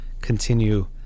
continue